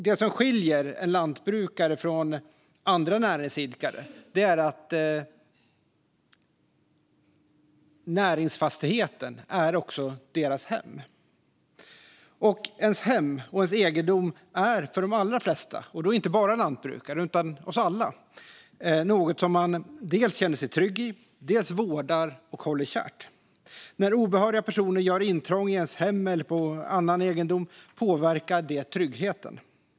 Det som skiljer lantbrukare från andra näringsidkare är att näringsfastigheten också är deras hem, och ens hem och ens egendom är för de allra flesta något som man dels känner sig trygg i, dels vårdar och håller kärt. När obehöriga personer gör intrång i ens hem eller på annan egendom påverkar detta tryggheten.